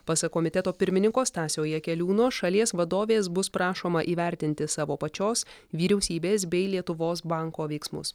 pasak komiteto pirmininko stasio jakeliūno šalies vadovės bus prašoma įvertinti savo pačios vyriausybės bei lietuvos banko veiksmus